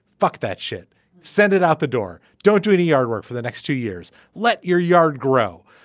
fuck that shit send it out the door. don't do any yard work for the next two years let your yard grow.